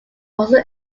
also